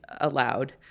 allowed